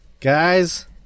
Guys